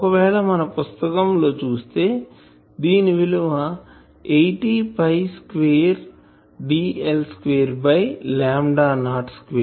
ఒకవేళ మన పుస్తకం లో చూస్తే దీని విలువ 80 pi square dl square by lambda naught square